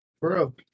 Bro